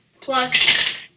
Plus